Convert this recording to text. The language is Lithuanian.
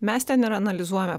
mes ten ir analizuojame